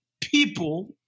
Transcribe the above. people